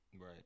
Right